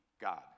God